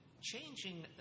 changing